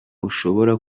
ushobora